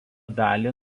dalį